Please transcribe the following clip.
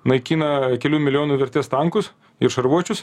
naikina kelių milijonų vertės tankus ir šarvuočius